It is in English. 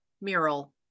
mural